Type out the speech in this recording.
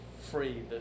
free